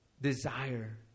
Desire